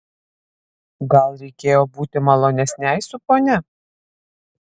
gal reikėjo būti malonesnei su ponia